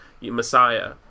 messiah